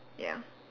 ya